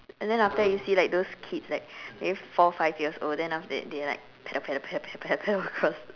and then after that you see like those kids like maybe four five years old then after that they like paddle paddle paddle paddle paddle across